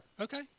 Okay